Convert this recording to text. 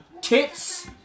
Tits